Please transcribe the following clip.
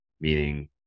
meaning